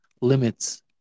limits